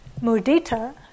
Mudita